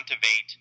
Contivate